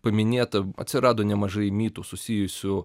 paminėta atsirado nemažai mitų susijusių